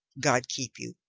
god keep you.